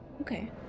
okay